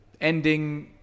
ending